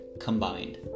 combined